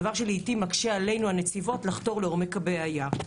זה דבר שלעיתים מקשה עלינו הנציבות לחתור לעומק הבעיה.